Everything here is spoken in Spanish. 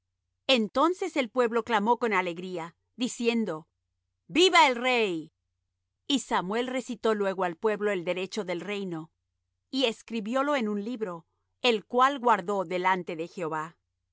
entonces el pueblo clamó con alegría diciendo viva el rey samuel recitó luego al pueblo el derecho del reino y escribiólo en un libro el cual guardó delante de jehová